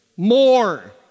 More